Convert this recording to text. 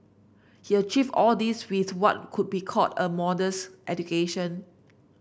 he achieved all this with what could be called a modest education